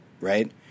right